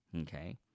Okay